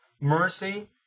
mercy